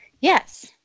Yes